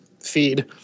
feed